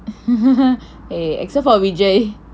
eh except for vijay